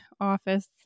office